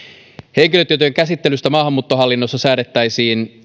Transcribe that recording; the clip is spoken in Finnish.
henkilötietojen käsittelystä maahanmuuttohallinnossa säädettäisiin